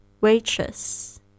waitress